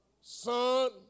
Son